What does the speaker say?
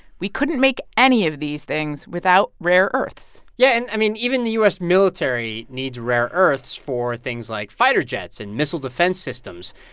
we couldn't make any of these things without rare earths yeah. and i mean, even the u s. military needs rare earths for things like fighter jets and missile defense systems.